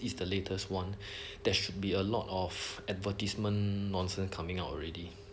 is the latest one there should be a lot of advertisement nonsense coming out already